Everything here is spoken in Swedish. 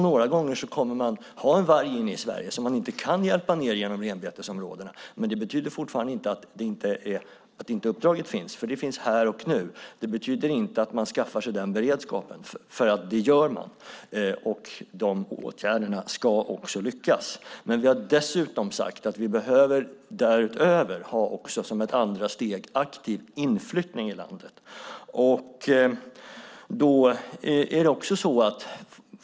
Några gånger kommer vi att ha en varg inne i Sverige som man inte kan hjälpa ned genom renbetesområdena, men det betyder inte att inte uppdraget finns, för det finns här och nu. Det betyder inte att man inte skaffar sig den beredskapen, för det gör man. De här åtgärderna ska också lyckas. Vi har också sagt att vi därutöver, som ett andra steg, behöver ha en aktiv inflyttning i landet.